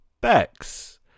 Bex